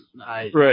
Right